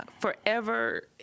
forever